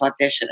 auditioning